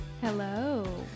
Hello